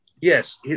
Yes